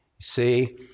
See